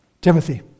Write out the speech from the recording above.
Timothy